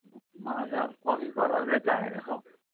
मलाई चै अब कफी कलरकै चाहिएको छ हौ